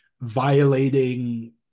violating